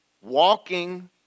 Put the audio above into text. walking